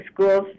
schools